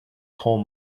coal